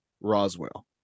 Roswell